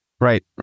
Right